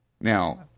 Now